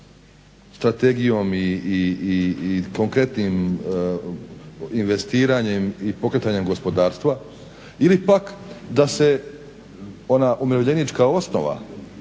strategijom i konkretnim investiranjem i pokretanjem gospodarstva ili pak da se ona umirovljenička osnova